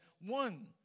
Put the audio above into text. one